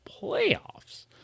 Playoffs